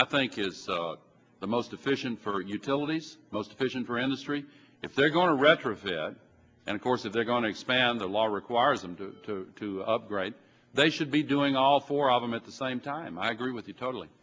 i think is the most efficient for utilities most efficient for industry if they're going to retrofit and of course if they're going to expand the law requires them to to upgrade they should be doing all four of them at the same time i agree with you totally